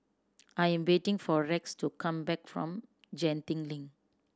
I am waiting for Rex to come back from Genting Link